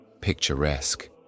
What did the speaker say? picturesque